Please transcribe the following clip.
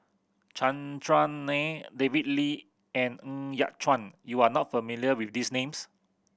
Chandran Nair David Lee and Ng Yat Chuan you are not familiar with these names